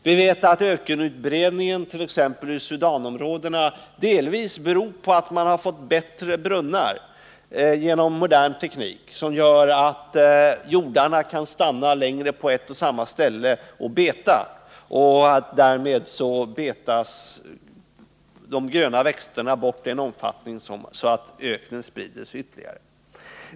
Vi vet att ökenutbredningen t.ex. i vissa Sudanområden delvis beror på att man genom modern teknik har fått bättre brunnar, som gör att hjordarna kan stanna längre på ett och samma ställe för att beta. Därmed betas de gröna växterna bort i sådan omfattning att öknen breder ut sig ytterligare.